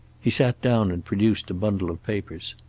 he sat down and produced a bundle of papers.